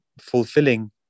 fulfilling